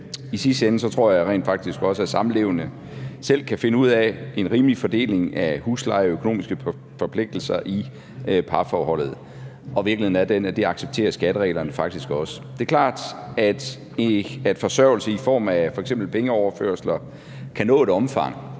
I sidste ende tror jeg rent faktisk også, at samlevende selv kan finde ud af en rimelig fordeling af husleje og økonomiske forpligtelser i parforholdet, og virkeligheden er den, at det accepterer skattereglerne faktisk også. Det er klart, at forsørgelse i form af f.eks. pengeoverførsler kan nå et omfang,